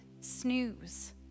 snooze